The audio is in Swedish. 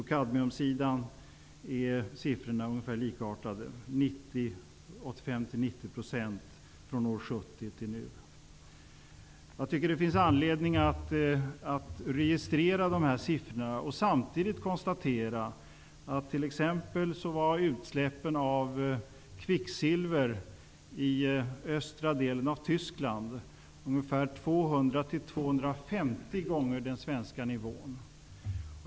På kadmiumsidan är siffrorna likartade. Utsläppen har minskat med 85--90 % från 1970 fram till nu. Det finns anledning, tycker jag, att registrera de här siffrorna och samtidigt konstatera t.ex. att utsläppen av kvicksilver i östra delen av Tyskland var ungefär 200--250 gånger den svenska nivån.